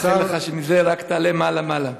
אני מאחל לך שמזה רק תעלה מעלה מעלה.